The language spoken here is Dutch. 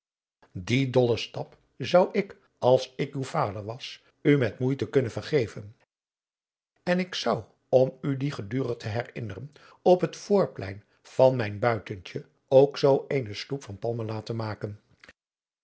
dien dollen stap zou ik als ik uw vader was u met moeite kunnen vergeven en ik zou om u dien gedurig te herinneren op het voorplein van mijn buitentje ook zoo eene sloep van palm laten maken